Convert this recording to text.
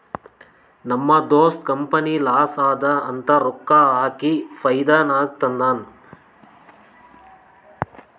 ನಮ್ ದೋಸ್ತ company loss ಅದಾ ಅಂತ ರೊಕ್ಕಾ ಹಾಕಿ ಫೈದಾ ನಾಗ್ ತಂದಾನ್